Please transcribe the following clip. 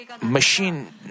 machine